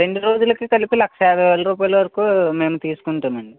రెండ్రోజులకి కలిపి లాక్షా యాభై వేల రూపాయల వరకు మేం తీస్కుంటామండీ